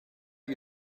you